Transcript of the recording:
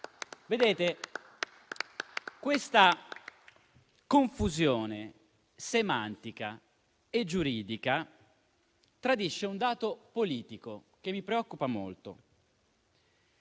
Questa confusione semantica e giuridica tradisce un dato politico che mi preoccupa molto: